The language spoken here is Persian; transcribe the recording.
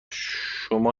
شما